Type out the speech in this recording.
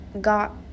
got